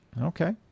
Okay